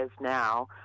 now